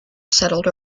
settled